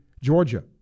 Georgia